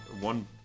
one